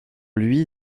lui